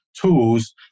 tools